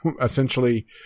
Essentially